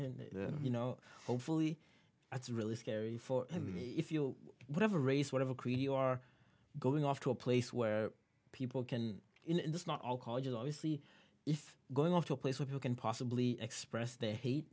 and you know hopefully that's really scary for me if you whatever race whatever creed you are going off to a place where people can in this not all colleges obviously if going off to a place where you can possibly express their hat